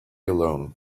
alone